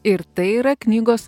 ir tai yra knygos